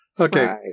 Okay